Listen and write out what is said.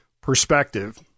perspective